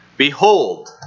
Behold